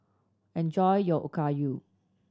enjoy your Okayu